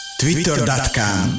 twitter.com